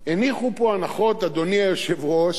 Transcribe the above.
הניחו פה, אדוני היושב-ראש,